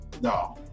No